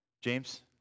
James